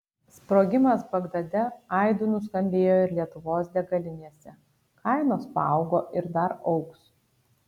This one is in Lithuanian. sprogimas bagdade aidu nuskambėjo ir lietuvos degalinėse kainos paaugo ir dar augs